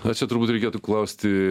na čia turbūt reikėtų klausti